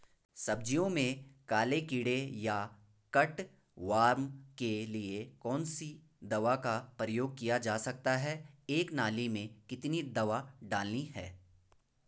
सब्जियों में काले कीड़े या कट वार्म के लिए कौन सी दवा का प्रयोग किया जा सकता है एक नाली में कितनी दवा डालनी है?